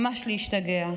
ממש להשתגע.